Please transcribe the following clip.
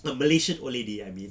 a malaysian old lady I mean